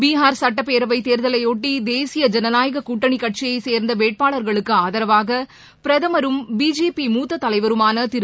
பீகார் சட்டப்பேரவைதேர்தலையொட்டி தேசிய ஜனநாயககூட்டணிகட்சியைசே்ந்தவேட்பாளர்களுக்குஆதரவாகபிரதமரும் பிஜேபி முத்ததலைவருமானதிரு